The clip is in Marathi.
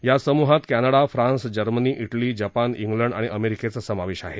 या समुहात कठिडा फ्रान्स जर्मनी इटली जपानइंग्लंड आणि अमेरिकेचा समावेश आहे